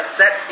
set